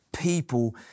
people